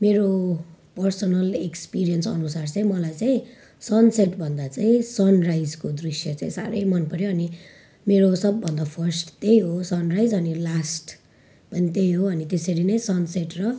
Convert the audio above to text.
मेरो personal experience अनुसार चाहिँ मलाई चाहिँ सन सेट भन्दा चाहिँ सनराइजको दृश्य चाहिँ साह्रै मन पर्यो अनि मेरो सब भन्दा फर्स्ट त्यही हो सन राइज अनि लास्ट पनि त्यही हो अनि त्यसरी नै सन सेट र